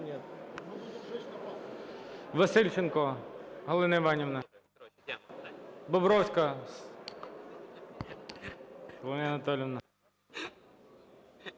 Васильченко Галина Іванівна. Бобровська Соломія Анатоліївна.